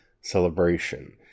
celebration